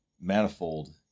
manifold